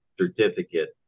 certificate